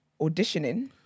Auditioning